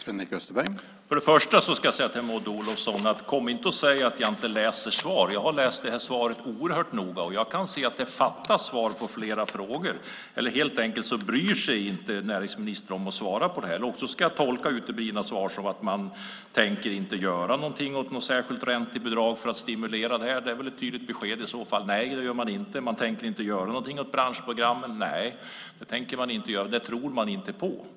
Herr talman! Först och främst ska jag säga följande till Maud Olofsson: Kom inte och säg att jag inte läser svar. Jag har läst det här svaret oerhört noga. Jag kan se att det fattas svar på flera frågor. Antingen bryr sig inte näringsministern om att svara på detta, eller också ska jag tolka de uteblivna svaren som att regeringen inte tänker göra någonting i fråga om ett särskilt räntebidrag för att stimulera detta. Det är ett tydligt besked i så fall. Man tänker inte göra någonting åt branschprogrammen. Det tror man inte på.